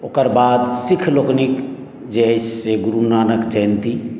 ओकर बाद सिक्ख लोकनिक जे अछि से गुरुनानक जयन्ती